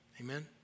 Amen